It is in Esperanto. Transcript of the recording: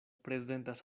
prezentas